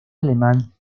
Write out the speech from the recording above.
alemán